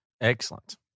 Excellent